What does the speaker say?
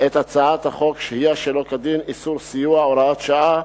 את הצעת חוק שהייה שלא כדין (איסור סיוע) (הוראות שעה)